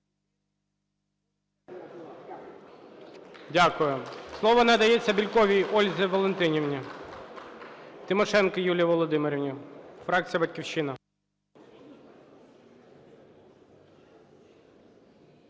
Дякую. Слово надається Бєльковій Ользі Валентинівні. Тимошенко Юлії Володимирівні, фракція "Батьківщина".